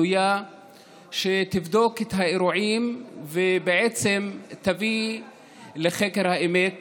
ועדת חקירה בלתי תלויה שתבדוק את האירועים ובעצם תביא לחקר האמת